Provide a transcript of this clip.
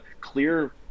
Clear